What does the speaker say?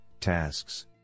tasks